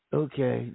okay